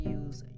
use